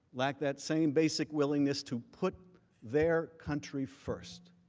like that same basic willingness to put their country first.